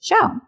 show